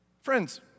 Friends